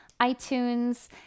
iTunes